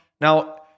Now